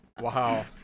Wow